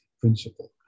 principle